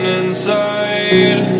inside